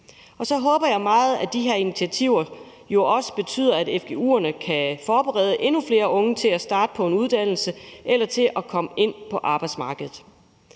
Så håber jeg meget, at de her initiativer også betyder, at fgu-uddannelserne kan forberede endnu flere unge til at starte på en uddannelse eller til at komme ind på arbejdsmarkedet.